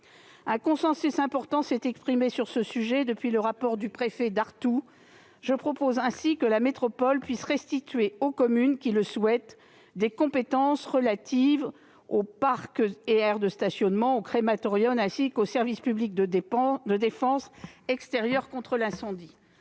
Un consensus important s'est exprimé sur ce sujet depuis le rapport du préfet Dartout. Je propose ainsi que la métropole puisse restituer aux communes qui le souhaitent des compétences relatives aux parcs et aires de stationnement, aux crématoriums, ainsi qu'au service public de défense extérieure contre l'incendie.